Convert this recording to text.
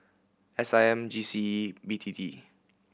S I M G C E B T T